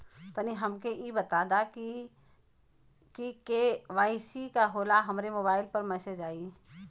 तनि हमके इ बता दीं की के.वाइ.सी का होला हमरे मोबाइल पर मैसेज आई?